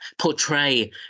portray